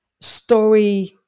story